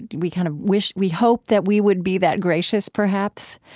we kind of wish we hope that we would be that gracious, perhaps,